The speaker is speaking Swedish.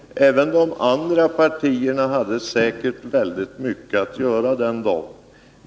Även de andra partierna hade säkert väldigt mycket att göra den dagen.